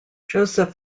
joseph